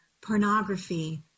pornography